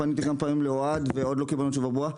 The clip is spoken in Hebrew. פניתי כמה פעמים לאוהד ועדיין לא קיבלתי תשובה ברורה,